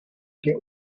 get